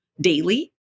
daily